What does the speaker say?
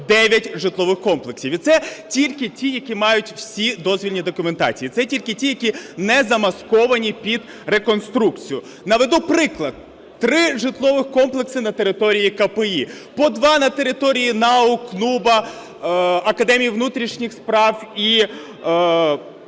49 житлових комплексів. І це тільки ті, які мають всі дозвільні документації. Це тільки ті, які не замасковані під реконструкцію. Наведу приклад. Три житлових комплекси на території КПІ, по два на території НАУ, КНУБА, Академії внутрішніх справ і